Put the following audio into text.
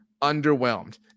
underwhelmed